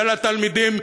ולתלמידים,